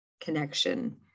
connection